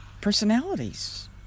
personalities